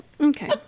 Okay